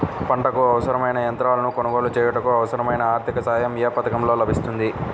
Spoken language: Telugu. పంటకు అవసరమైన యంత్రాలను కొనగోలు చేయుటకు, అవసరమైన ఆర్థిక సాయం యే పథకంలో లభిస్తుంది?